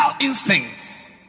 instincts